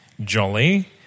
jolly